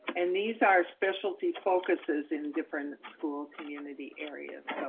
and these are specialty focuses in different school community areas, so